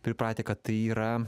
pripratę kad tai yra